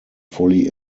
fully